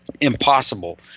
impossible